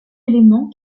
éléments